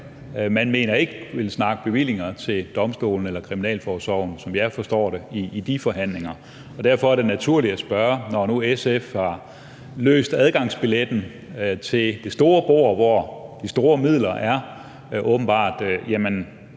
Man mener ikke, man vil snakke bevillinger til domstolene eller kriminalforsorgen, som jeg forstår det, i de forhandlinger. Derfor er det naturligt at spørge, når nu SF åbenbart har løst adgangsbillet til det store bord, hvor de store midler er,